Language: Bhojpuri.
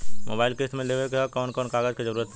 मोबाइल किस्त मे लेवे के ह कवन कवन कागज क जरुरत पड़ी?